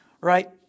right